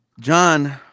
John